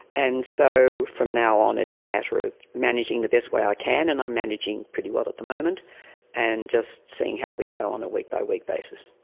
and so from now on it's a matter of managing the best way i can, and i'm managing pretty well at the moment and just seeing how we go on a week by week basis.